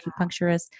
acupuncturist